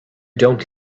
don’t